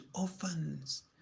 orphans